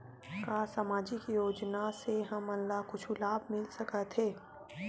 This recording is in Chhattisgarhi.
का सामाजिक योजना से हमन ला कुछु लाभ मिल सकत हे?